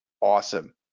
awesome